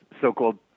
so-called